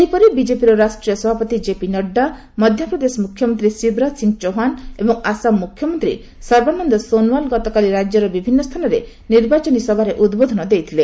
ସେହିପରି ବିଜେପିର ରାଷ୍ଟ୍ରୀୟ ସଭାପତି କ୍ଷେପି ନଡ୍ଥା ମଧ୍ୟପ୍ରଦେଶ ମୁଖ୍ୟମନ୍ତ୍ରୀ ଶିବରାଜ ସିଂ ଚୌହାନ ଏବଂ ଆସାମ ମୁଖ୍ୟମନ୍ତ୍ରୀ ସର୍ବାନନ୍ଦ ସୋନୱାଲ ଗତକାଲି ରାଜ୍ୟର ବିଭିନ୍ନ ସ୍ଥାନରେ ନିର୍ବାଚନୀ ସଭାରେ ଉଦ୍ବୋଧନ ଦେଇଛନ୍ତି